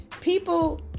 people